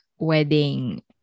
Wedding